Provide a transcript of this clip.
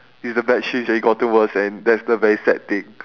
is a bad change and it gotten worst eh that's the very sad thing